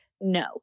No